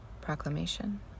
proclamation